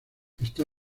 está